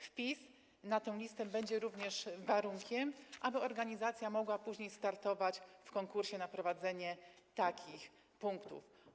Wpis na tę listę będzie również warunkiem, aby organizacja mogła później startować w konkursie na prowadzenie takich punktów.